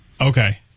Okay